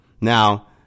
Now